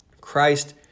Christ